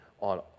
on